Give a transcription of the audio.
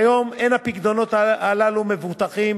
כיום אין הפיקדונות הללו מבוטחים,